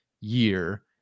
year